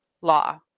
law